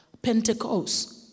Pentecost